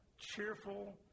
cheerful